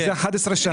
זה 11 שנה.